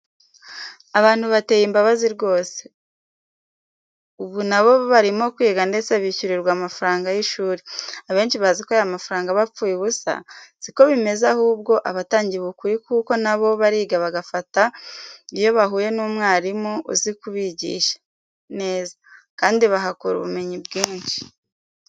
Abantu bateye imbabazi rwose! bUu na bo barimo kwiga ndetse bishyurirwa amafaranga y'ishuri, abenshi bazi ko aya mafaranga aba apfuye ubusa, si ko bimeze ahubwo aba atangiwe ukuri kuko na bo bariga bagafata iyo bahuye n'umwarimu uzi kubigisha neza kandi bahakura ubumenyi bwinshi.